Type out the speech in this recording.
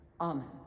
Amen